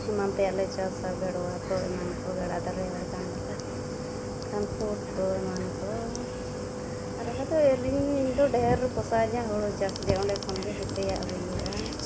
ᱮᱢᱟᱱ ᱛᱮᱭᱟᱜ ᱞᱮ ᱪᱟᱥᱟ ᱵᱷᱮᱲᱣᱟ ᱠᱚ ᱮᱢᱟᱱ ᱠᱚ ᱜᱟᱰᱟ ᱫᱟᱨᱮ ᱦᱚᱲ ᱠᱟᱱ ᱫᱚᱞᱮ ᱠᱷᱟᱱᱯᱷᱩᱴ ᱠᱚ ᱮᱢᱟᱱ ᱠᱚ ᱟᱨ ᱟᱞᱮ ᱫᱚ ᱟᱞᱤᱧ ᱤᱧ ᱫᱚ ᱰᱷᱮᱨ ᱯᱚᱥᱟᱣᱧᱟ ᱦᱩᱲᱩ ᱪᱟᱥᱜᱮ ᱚᱸᱰᱮ ᱠᱷᱚᱱᱜᱮ ᱡᱮᱛᱮᱭᱟᱜ ᱦᱩᱭᱩᱜᱼᱟ